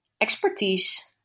expertise